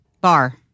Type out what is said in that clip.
bar